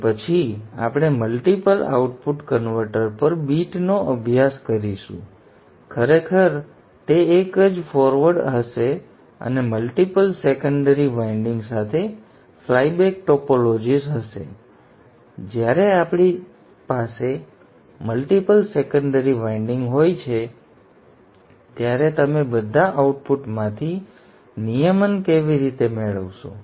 તે પછી આપણે મલ્ટીપલ આઉટપુટ કન્વર્ટર પર બીટનો અભ્યાસ કરીશું ખરેખર તે એક જ ફોરવર્ડ હશે અને મલ્ટીપલ સેકન્ડરી વાઇન્ડિંગ સાથે ફ્લાય બેક ટોપોલોજીઝ હશે અને જ્યારે તમારી પાસે મલ્ટીપલ સેકન્ડરી વાઇન્ડિંગ હોય છે ત્યારે તમે બધા આઉટપુટમાંથી નિયમન કેવી રીતે મેળવશો